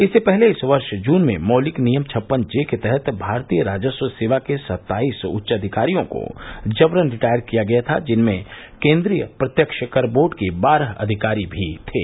इससे पहले इस वर्ष जून में मैलिक नियम छप्पन जे के तहत भारतीय राजस्व सेवा के सत्ताईस उच्च अधिकारियों को जबरन रिटायर किया गया था जिनमें केन्द्रीय प्रत्यक्ष कर बोर्ड के बारह अधिकारी भी थे